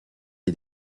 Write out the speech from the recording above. est